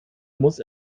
muss